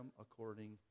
according